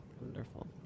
Wonderful